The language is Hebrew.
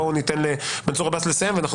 בואו ניתן למנסור עבאס לסיים את דבריו.